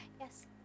Yes